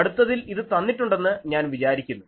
അടുത്തതിൽ ഇത് തന്നിട്ടുണ്ടെന്ന് ഞാൻ വിചാരിക്കുന്നു